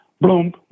boom